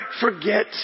forget